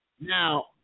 Now